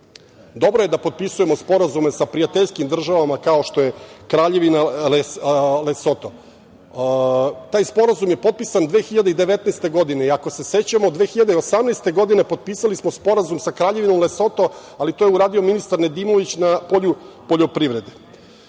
Dobro je da potpisujemo sporazume sa prijateljskim državama kao što je Kraljevina Lesoto. Taj sporazum je potpisan 2019. godine. Ako se sećamo 2018. godine potpisali smo sporazum sa Kraljevinom Lesoto, ali to je uradio ministar Nedimović na polju